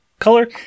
Color